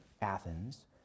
Athens